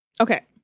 Okay